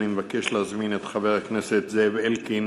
אני מבקש להזמין את חבר הכנסת זאב אלקין